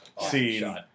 scene